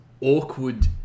awkward